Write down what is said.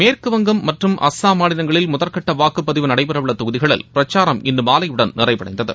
மேற்குவங்கம் மற்றும் அஸ்ஸாம் மாநிலங்களில் முதற்கட்ட வாக்குப்பதிவு நடைபெற உள்ள தொகுதிகளில் பிரச்சாரம் இன்று மாலையுடன் நிறைவடைந்தது